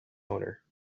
owner